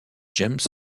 james